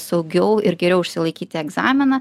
saugiau ir geriau išsilaikyti egzaminą